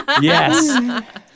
Yes